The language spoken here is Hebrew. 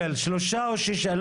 ההבדל שלושה או שישה?